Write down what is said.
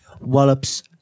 Wallops